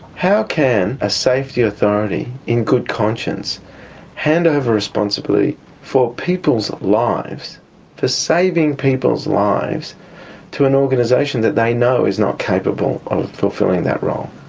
how can a safety authority in good conscience hand over responsibility for people's lives for saving people's lives to an organisation that they know is not capable of fulfilling that role?